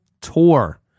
tour